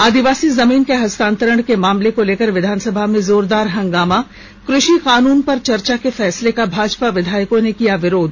अदिवासी जमीन के हस्तांतरण के मामले को लेकर विधानसभा में जोरदार हंगामा कृषि कानुन पर चर्चा के फैसले का भाजपा विधायकों ने किया विरोध